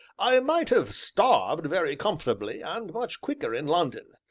i might have starved very comfortably, and much quicker, in london,